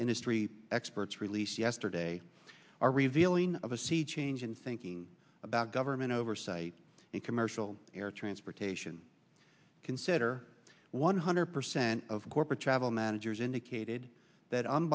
industry experts released yesterday are revealing of a sea change in thinking about government oversight and commercial air transportation consider one hundred percent of corporate travel managers indicated that on